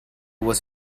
was